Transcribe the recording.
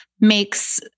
makes